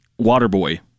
Waterboy